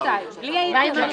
בלי (2), בלי האינטרנט.